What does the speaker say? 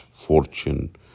fortune